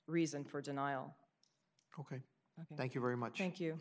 reason for denial ok thank you very much ink you